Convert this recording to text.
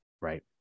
right